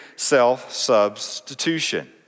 Self-substitution